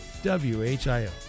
WHIO